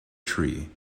tree